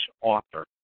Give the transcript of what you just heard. author